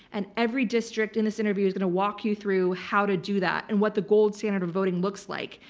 and everydistrict in this interview is going to walk you through how to do that, and what the gold standard of voting looks like.